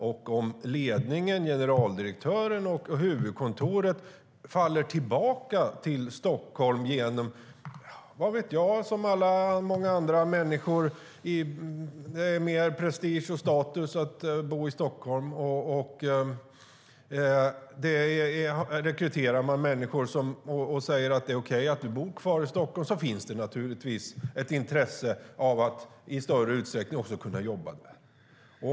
Om ledningen, generaldirektören och huvudkontoret, faller tillbaka till Stockholm - som många andra människor, för att det är mer prestige och status att bo i Stockholm - rekryterar människor och säger att det är okej att de bor kvar i Stockholm, finns det naturligtvis ett intresse av att i större utsträckning kunna jobba här.